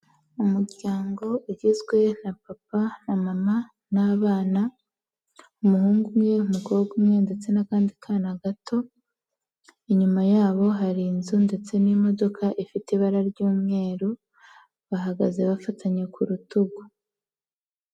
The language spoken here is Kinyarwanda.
Umuryango ugizwe na papa, na mama n'abana, umuhungu umwe n'umukobwa umwe ndetse n'akandi kana gato, inyuma yabo hari inzu ndetse n'imodoka ifite ibara ry'umweru bahagaze bafatanye ku rutugu.